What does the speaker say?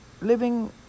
living